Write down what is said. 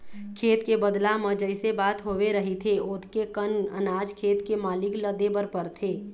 खेत के बदला म जइसे बात होवे रहिथे ओतके कन अनाज खेत के मालिक ल देबर परथे